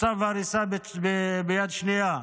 וצו הריסה ביד שנייה.